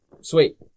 Sweet